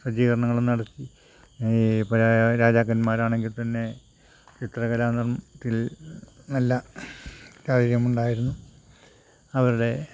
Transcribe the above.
സജ്ജീകരണങ്ങളും നടത്തി പഴയ രാജാക്കന്മാരാണെങ്കിൽ തന്നെ ചിത്രകലാ നല്ല ഉണ്ടായിരുന്നു അവരുടെ